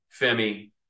Femi